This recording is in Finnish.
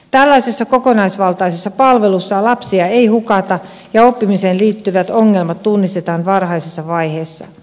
tällaisessa kokonaisvaltaisessa palvelussa lapsia ei hukata ja oppimiseen liittyvät ongelmat tunnistetaan varhaisessa vaiheessa